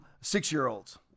six-year-olds